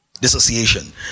Dissociation